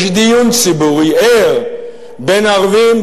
יש דיון ציבורי ער בין ערבים,